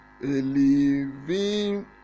living